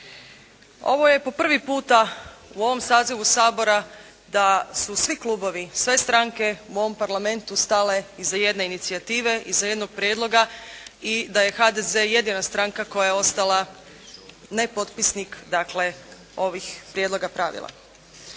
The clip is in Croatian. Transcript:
Ovo je po prvi puta u ovom sazivu Sabora da su svi klubovi, sve stranke u ovom parlamentu stale iza jedne inicijative, iza jednog prijedloga i da je HDZ jedina stranka koja je ostala nepotpisnik dakle ovih prijedloga pravila.